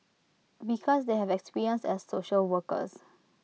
because they have experience as social workers